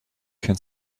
can